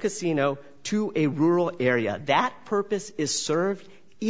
casino to a rural area that purpose is served